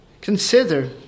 Consider